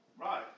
Right